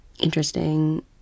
interesting